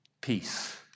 peace